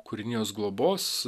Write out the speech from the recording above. kūrinijos globos